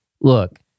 Look